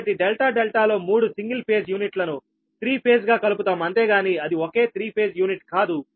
కాబట్టి delta delta లో 3 single phase యూనిట్లను 3 ఫేజ్ గా కలుపుతాం అంతేగాని అది ఒకే 3 ఫేజ్ యూనిట్ కాదు